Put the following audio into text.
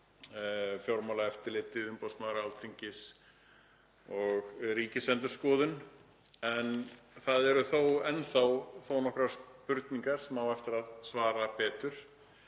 Fjármálaeftirlitið, umboðsmaður Alþingis og Ríkisendurskoðun. En það eru enn þá þó nokkrar spurningar sem á eftir að svara betur